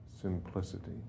simplicity